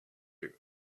you